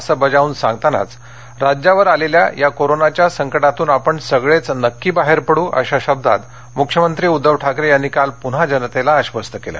असं बजावून सांगतानाच राज्यावर आलेल्या या कोरोनाच्या संकटातून आपण सगळेच नक्की बाहेर पड़ु अशा शब्दात मुख्यमंत्री उद्दव ठाकरे यांनी काल पुन्हा जनतेला आश्वस्त केलं